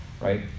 right